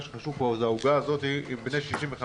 מה שחשוב פה זאת העובדה הזאת שבני 65